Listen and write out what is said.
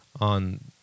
on